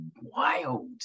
wild